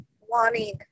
wanting